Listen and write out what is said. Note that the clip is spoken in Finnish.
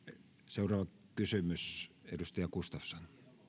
seuraava kysymys edustaja gustafsson